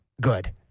good